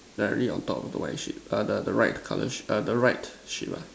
directly on top of the white ship err the the right colour ship err the right ship ah